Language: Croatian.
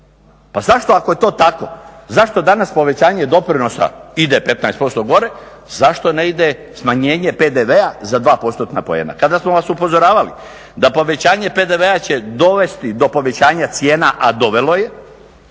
Pa zašto ako je to tako zašto danas povećanje doprinosa ide 15% gore, zašto ne ide smanjenje PDV-a za 2%-tna poena? Kada smo vas upozoravali da povećanje PDV-a će dovesti do povećanja cijena, a dovelo je,